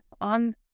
on